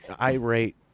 irate